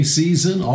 season